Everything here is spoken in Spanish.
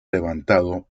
levantado